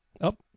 up